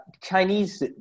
Chinese